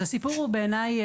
הסיפור הוא בעיניי,